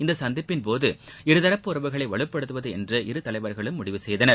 இந்த சந்திப்பின் போது இருதரப்பு உறவுகளை வலுப்படுத்துவது என்று இருதலைவர்களும் முடிவு செய்தனர்